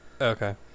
Okay